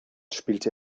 spielte